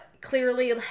clearly